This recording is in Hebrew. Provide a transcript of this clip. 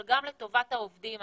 אבל גם לטובת העובדים.